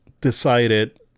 decided